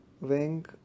wing